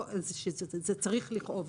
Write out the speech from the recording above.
זה צריך לכאוב.